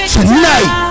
Tonight